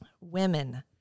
women